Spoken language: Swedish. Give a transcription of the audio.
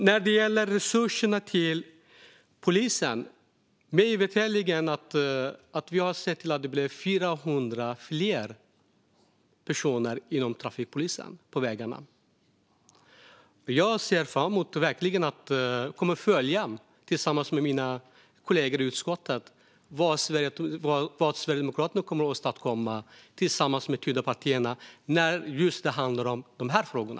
När det gäller resurserna till polisen har vi, mig veterligen, sett till att det är 400 fler inom trafikpolisen ute på vägarna. Jag ser fram emot och kommer, tillsammans med mina kollegor i utskottet, att följa vad Sverigedemokraterna kommer att åstadkomma tillsammans med de andra Tidöpartierna när det gäller de här frågorna.